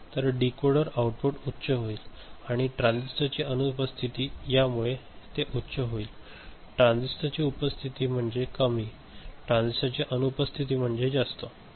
तर decoder output उच्च होईल आणि ट्रान्झिस्टरची अनुपस्थिती यामुळे ते उच्च होईल ट्रान्झिस्टरची उपस्थिती म्हणजे कमी ट्रान्झिस्टरची अनुपस्थिती म्हणजे जास्त आहे